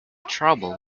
trouble